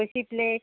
कशीं प्लेट